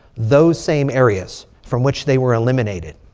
those same areas from which they were eliminated.